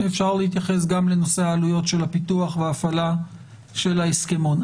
אפשר להתייחס גם לנושא העלויות של הפיתוח וההפעלה של ההסכמון.